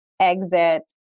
exit